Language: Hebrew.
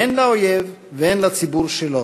הן לאויב והן לציבור שלו: